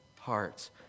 hearts